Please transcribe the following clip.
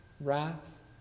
wrath